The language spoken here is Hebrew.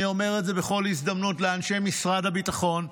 אני אומר את זה בכל הזדמנות לאנשי משרד הביטחון.